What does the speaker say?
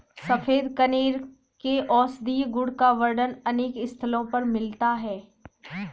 सफेद कनेर के औषधीय गुण का वर्णन अनेक स्थलों पर मिलता है